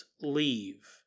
leave